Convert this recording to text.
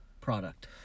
product